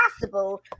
possible